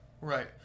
Right